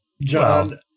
John